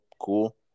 Cool